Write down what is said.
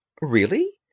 Really